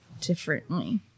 differently